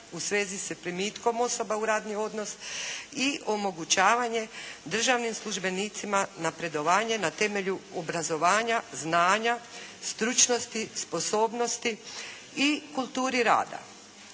u svezi s primitkom osoba u radni odnos i omogućavanje državnim službenicima napredovanje na temelju obrazovanja, znanja, stručnosti, sposobnosti i kulturi rada.